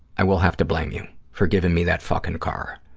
i will have to blame you for giving me that fucking car.